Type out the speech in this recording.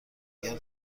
دیگر